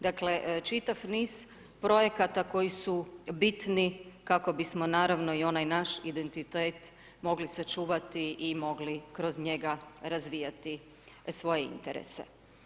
Dakle, čitav niz projekata koji su bitni kako bismo napravo i onaj naš identitet mogli sačuvati i mogli kroz njega razvijati svoje interese.